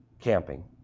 camping